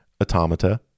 Automata